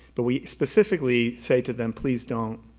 but we specifically say to them, please don't,